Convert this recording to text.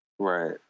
Right